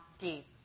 deep